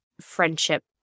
friendship